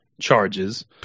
charges